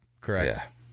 correct